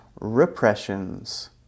repressions